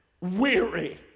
weary